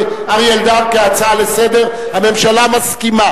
אלדד, הממשלה מסכימה